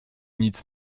nic